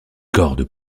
corde